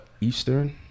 eastern